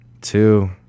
Two